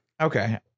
okay